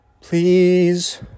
please